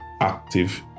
active